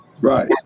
Right